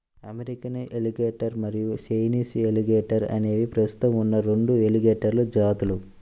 American alligator మరియు Chinese alligator అనేవి ప్రస్తుతం ఉన్న రెండు ఎలిగేటర్ జాతులు